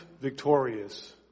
victorious